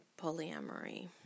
polyamory